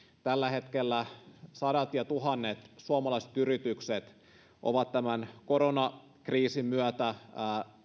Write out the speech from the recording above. tällä hetkellä sadat ja tuhannet suomalaiset yritykset ovat tämän koronakriisin myötä